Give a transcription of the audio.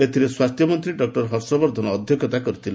ଏଥିରେ ସ୍ୱାସ୍ଥ୍ୟ ମନ୍ତ୍ରୀ ଡକ୍ଟର ହର୍ଷବର୍ଦ୍ଧନ ଅଧ୍ୟକ୍ଷତା କରିଥିଲେ